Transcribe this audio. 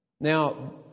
Now